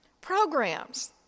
programs